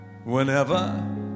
whenever